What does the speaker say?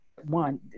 one